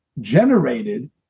generated